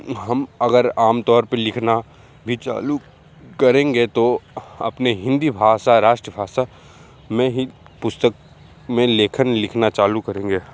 हम अगर आमतौर पे लिखना भी चालू करेंगे तो अपने हिंदी भाषा राष्ट्रभाषा में ही पुस्तक में लेखन लिखना चालू करेंगे